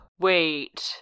Wait